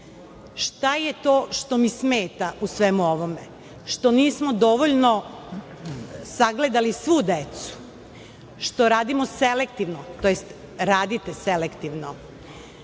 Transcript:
Šta je to što mi smeta u svemu ovome? Što nismo dovoljno sagledali svu decu, što radimo selektivno, tj. radite selektivno.Zašto